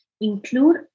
include